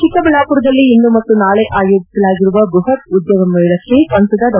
ಚಿಕ್ಕಬಳ್ಣಾಪುರದಲ್ಲಿ ಇಂದು ಮತ್ತು ನಾಳೆ ಆಯೋಜಿಸಲಾಗಿರುವ ಬ್ರಹತ್ ಉದ್ಲೋಗಮೇಳಕ್ಕೆ ಸಂಸದ ಡಾ